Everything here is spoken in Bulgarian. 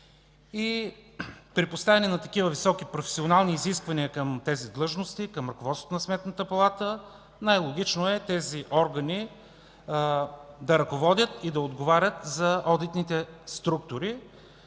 При поставяне на такива високи професионални изисквания към тези длъжности, към ръководството на Сметната палата най-логично е тези органи да ръководят и да отговарят за одитните структури,